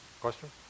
question